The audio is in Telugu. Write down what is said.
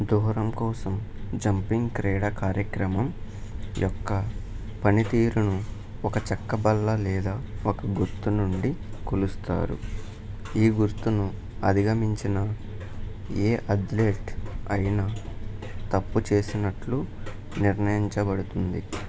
దూరం కోసం జంపింగ్ క్రీడా కార్యక్రమం యొక్క పనితీరును ఒక చెక్క బల్ల లేదా ఒక గుర్తు నుండి కొలుస్తారు ఈ గుర్తును అధిగమించిన ఏ అథ్లెట్ అయినా తప్పు చేసినట్లు నిర్ణయించబడుతుంది